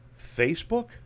Facebook